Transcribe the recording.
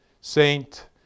Saint